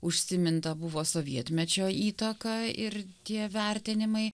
užsiminta buvo sovietmečio įtaka ir tie vertinimai